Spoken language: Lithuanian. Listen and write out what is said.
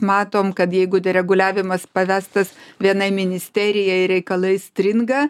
matom kad jeigu reguliavimas pavestas vienai ministerijai reikalai stringa